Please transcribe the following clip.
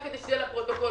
רק שזה יהיה לפרוטוקול,